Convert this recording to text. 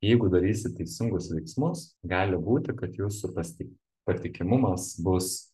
jeigu darysit teisingus veiksmus gali būti kad jūsų pasiti patikimumas bus